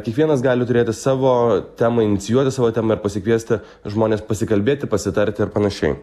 kiekvienas gali turėti savo temą inicijuoti savo temą ir pasikviesti žmones pasikalbėti pasitarti ar panašiai